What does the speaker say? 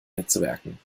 netzwerken